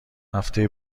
هفته